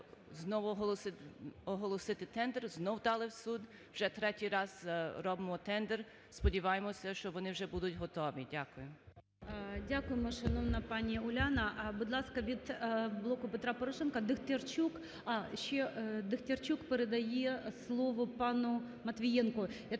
знову оголосити тендер, знов дали в суд. Вже третій раз робимо тендер, сподіваємося, що вони вже будуть готові. Дякую. ГОЛОВУЮЧИЙ. Дякуємо, шановна пані Уляна. Будь ласка, від "Блоку Петра Порошенка" Дехтярчук. А, ще Дехтярчук передає слово пану Матвієнку.